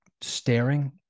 staring